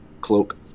cloak